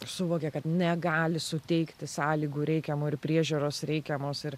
suvokė kad negali suteikti sąlygų reikiamų ir priežiūros reikiamos ir